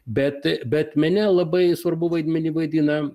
bet bet mene labai svarbų vaidmenį vaidina